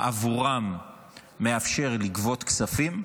בעבורם מאפשר לגבות כספים,